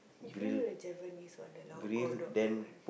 you referring to the Javanese one the that one